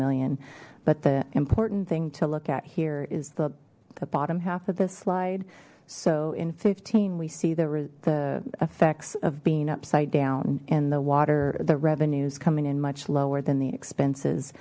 million but the important thing to look at here is the bottom half of this slide so in fifteen we see there were the effects of being upside down in the water the revenues coming in much lower than the expenses